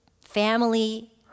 Family